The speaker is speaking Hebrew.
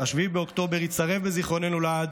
7 באוקטובר ייצרב בזיכרוננו לעד